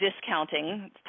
discounting